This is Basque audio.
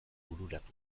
bururatu